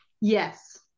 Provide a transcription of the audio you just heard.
yes